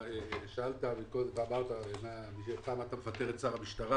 שאלת קודם ואמרת: פעם אתה מפטר את שר המשטרה